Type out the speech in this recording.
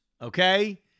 Okay